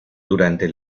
durante